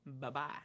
Bye-bye